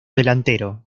delantero